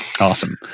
Awesome